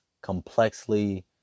complexly